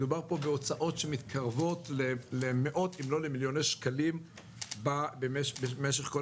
מדובר פה בהוצאות שמתקרבות למאות אם לא למיליוני שקלים במשך כל